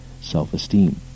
self-esteem